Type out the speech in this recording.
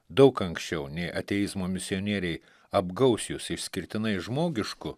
daug anksčiau nei ateizmo misionieriai apgaus jus išskirtinai žmogišku